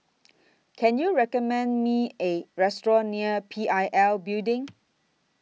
Can YOU recommend Me A Restaurant near P I L Building